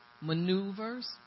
maneuvers